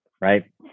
right